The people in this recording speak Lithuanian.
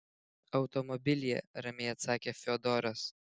automobilyje ramiai atsakė fiodoras